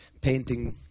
painting